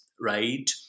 right